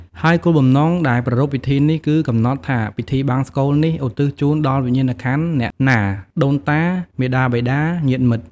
ហើយគោលបំណងដែលប្រារព្វពិធីនេះ គឺ កំណត់ថាពិធីបង្សុកូលនេះឧទ្ទិសជូនដល់វិញ្ញាណក្ខន្ធអ្នកណា ដូនតា មាតាបិតា ញាតិមិត្ត។